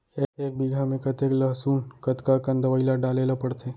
एक बीघा में कतेक लहसुन कतका कन दवई ल डाले ल पड़थे?